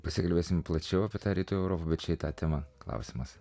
pasikalbėsime plačiau apie tą rytų europiečiai tą temą klausimas